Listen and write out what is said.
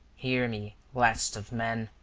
hear me, last of men,